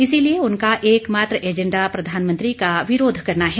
इसीलिए उनका एकमात्र एजेंडा प्रधानमंत्री का विरोध करना है